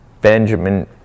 Benjamin